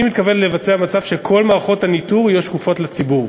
אני מתכוון שכל מערכות הניטור יהיו שקופות לציבור.